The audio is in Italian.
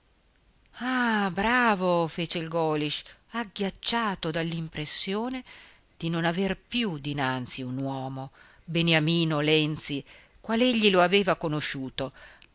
ah bravo fece il golisch agghiacciato dall'impressione di non aver più dinanzi un uomo beniamino lenzi qual egli lo aveva conosciuto